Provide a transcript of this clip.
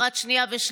לקראת שנייה ושלישית,